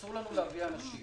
אסור להביא אנשים.